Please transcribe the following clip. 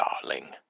darling